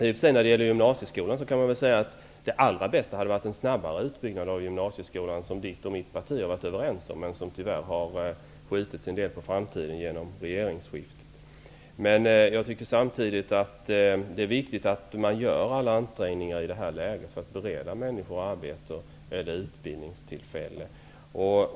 När det gäller gymnasieskolan hade det allra bästa varit en snabbare utbyggnad, vilket Björn Samuelsons parti och mitt parti har varit överens om. Det har tyvärr skjutits något på framtiden genom regeringsskiftet. Det är viktigt att man i detta läge gör alla ansträngningar för att bereda människor arbete eller utbildningstillfällen.